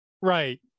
right